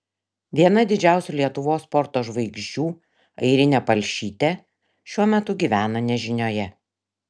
viena didžiausių lietuvos sporto žvaigždžių airinė palšytė šiuo metu gyvena nežinioje